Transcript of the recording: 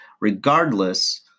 regardless